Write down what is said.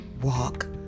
walk